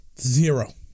Zero